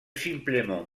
simplement